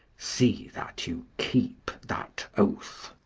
see that you keep that oath.